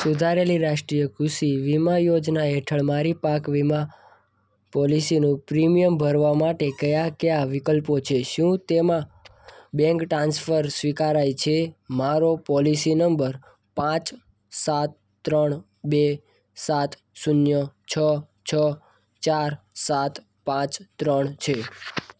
સુધારેલી રાષ્ટ્રીય કૃષિ વિમા યોજના હેઠળ મારી પાક વિમા પોલીસીનું પ્રિમીયમ ભરવા માટે કયા કયા વિકલ્પો છે શું તેમાં બેંક ટ્રાન્ફર સ્વિકારાય છે મારો પોલીસી નંબર પાંચ સાત ત્રણ બે સાત શૂન્ય છ છ ચાર સાત પાંચ ત્રણ છે